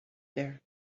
there